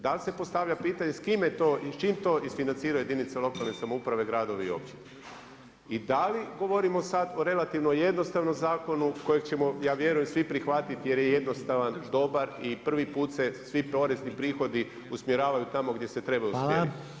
Dal se postavlja pitanje s kime to i s čim to isfinanciraju jedinica lokalne samouprave gradovi i općine i da li govorimo sada o relativno jednostavnom zakonu kojeg ćemo ja vjerujem svi prihvatiti jer je jednostavan, dobar i prvi put se svi porezni prihodi usmjeravaju tamo gdje se trebaju usmjeriti.